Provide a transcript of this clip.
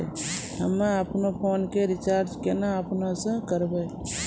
हम्मे आपनौ फोन के रीचार्ज केना आपनौ से करवै?